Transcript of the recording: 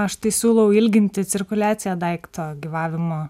aš tai siūlau ilginti cirkuliaciją daikto gyvavimo